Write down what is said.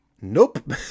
nope